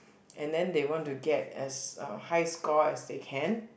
and then they want to get as uh high score as they can